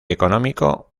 económico